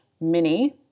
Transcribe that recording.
mini